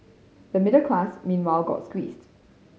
the middle class meanwhile got squeezed